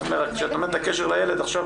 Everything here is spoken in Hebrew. כשאת אומרת הקשר לילד, עכשיו